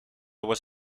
was